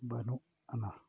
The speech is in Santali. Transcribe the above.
ᱵᱟᱹᱱᱩᱜ ᱟᱱᱟ